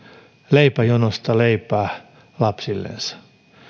leipäjonosta leipää lapsillensa